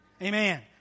Amen